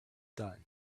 done